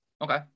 okay